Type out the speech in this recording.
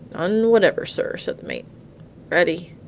none whatever, sir, said the mate ready!